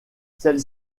celles